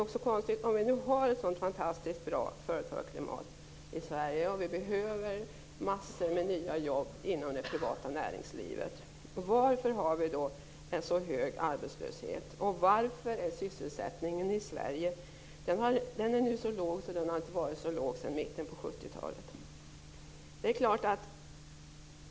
Om vi nu har ett så fantastiskt företagsklimat i Sverige och behöver massor med nya jobb inom det privata näringslivet, varför har vi då en så hög arbetslöshet? Varför är sysselsättningen i Sverige så låg att den inte har varit så låg sedan mitten på 70-talet?